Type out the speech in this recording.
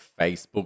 Facebook